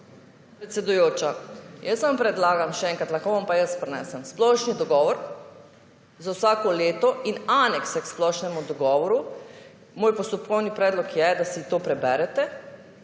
Predsedujoča, jaz vam predlagam, še enkrat, lahko vam pa jaz prinesem, splošni dogovor za vsako leto in anekse k splošnemu dogovoru. Moj postopkovni predlog je, da si to preberete